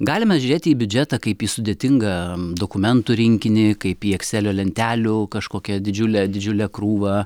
galime žiūrėti į biudžetą kaip į sudėtingą dokumentų rinkinį kaip į ekselio lentelių kažkokią didžiulę didžiulę krūvą